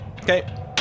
Okay